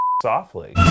softly